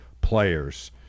players